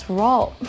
role